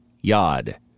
yod